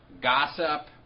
gossip